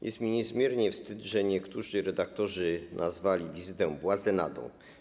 Jest mi niezmiernie wstyd, że niektórzy redaktorzy nazwali wizytę błazenadą.